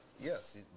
Yes